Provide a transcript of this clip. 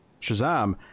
Shazam